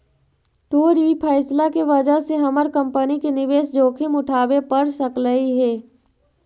तोर ई फैसला के वजह से हमर कंपनी के निवेश जोखिम उठाबे पड़ सकलई हे